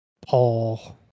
Paul